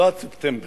לא עד ספטמבר,